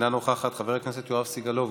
אינה נוכחת, חבר הכנסת יואב סגלוביץ'